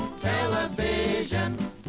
television